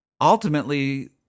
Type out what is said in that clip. Ultimately